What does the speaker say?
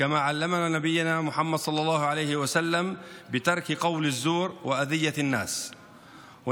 ונמנעים מאכילה ושתייה מעלות השחר ועד שקיעת השמש בלבד,